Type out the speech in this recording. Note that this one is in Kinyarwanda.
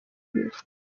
ibiri